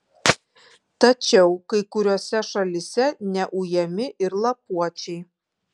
tačiau kai kuriose šalyse neujami ir lapuočiai